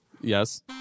Yes